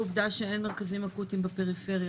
העובדה שאין מרכזים אקוטיים בפריפריה,